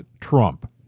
Trump